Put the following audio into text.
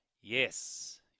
Yes